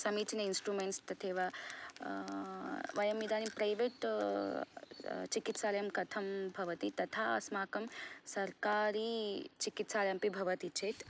सनीचीन instruments तथैव वयं इदानीं प्रैवेट् चिकित्सालयं कथं भवति तथा अस्माकं सर्वकारी चिकित्सालयं अपि भवति चेत्